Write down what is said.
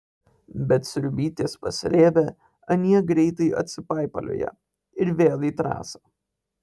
bet sriubytės pasrėbę anie greitai atsipaipalioja ir vėl į trasą